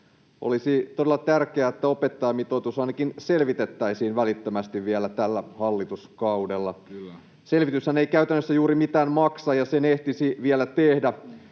Olisi todella tärkeää, että opettajamitoitus ainakin selvitettäisiin välittömästi vielä tällä hallituskaudella. Selvityshän ei käytännössä juuri mitään maksa, ja sen ehtisi vielä tehdä,